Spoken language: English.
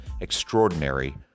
extraordinary